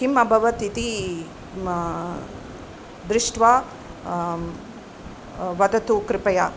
किम् अभवत् इति म दृष्ट्वा वदतु कृपया